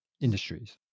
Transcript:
industries